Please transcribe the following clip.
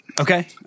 Okay